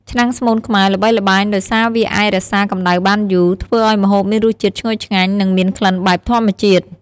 ឆ្នាំងស្មូនខ្មែរ ល្បីល្បាញដោយសារវាអាចរក្សាកម្ដៅបានយូរ ធ្វើឲ្យម្ហូបមានរសជាតិឈ្ងុយឆ្ងាញ់ និងមានក្លិនបែបធម្មជាតិ។